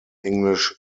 english